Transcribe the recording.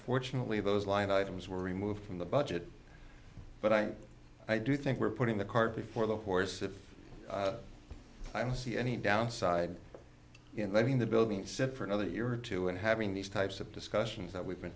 fortunately those line items were removed from the budget but i i do think we're putting the cart before the horse and i don't see any downside in letting the building sit for another year or two and having these types of discussions that we've been